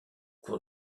cour